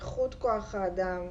איכות כח ה אדם,